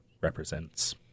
Represents